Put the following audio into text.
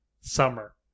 Summer